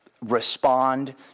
respond